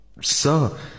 sir